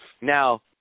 now